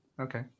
okay